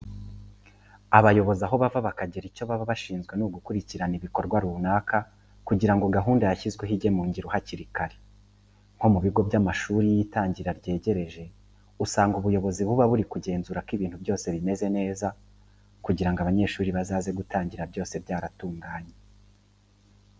Abayobozi aho bava bakagera icyo baba bashinzwe ni ugukurikirana ibikorwa runaka kugira ngo gahunda yashyizweho ijye mu ngiro hakiri kare. Nko mu bigo by'amashuri iyo itangira ryegereje usanga ubuyobozi buba buri kugenzura ko ibintu byose bimeze neza kugira ngo abanyeshuri bazaze gutangira byose byaratunganye.